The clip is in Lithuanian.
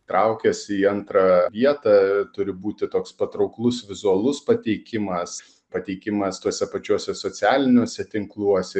traukiasi į antrą vietą turi būti toks patrauklus vizualus pateikimas pateikimas tuose pačiuose socialiniuose tinkluose